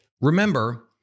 Remember